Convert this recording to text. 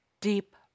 deep